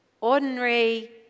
ordinary